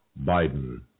Biden